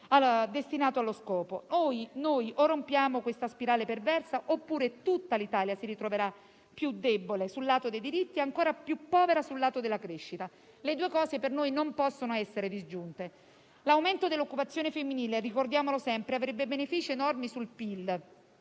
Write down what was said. destinato allo scopo. O rompiamo questa spirale perversa oppure tutta l'Italia si ritroverà più debole sul lato dei diritti e ancora più povera sul lato della crescita; le due cose per noi non possono essere disgiunte. L'aumento dell'occupazione femminile - ricordiamolo sempre - avrebbe benefici enormi sul PIL,